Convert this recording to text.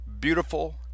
Beautiful